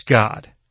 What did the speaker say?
God